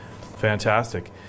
fantastic